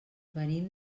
venim